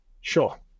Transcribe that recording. Sure